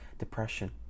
depression